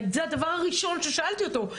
זה הדבר הראשון ששאלתי אותו.